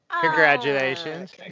Congratulations